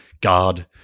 God